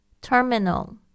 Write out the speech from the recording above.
Terminal